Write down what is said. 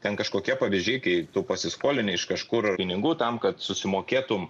ten kažkokie pavyzdžiai kai tu pasiskolini iš kažkur pinigų tam kad susimokėtum